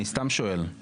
אני סתם שואל.